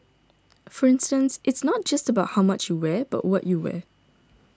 for instance it's not just about how much you wear but what you wear